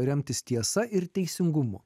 remtis tiesa ir teisingumo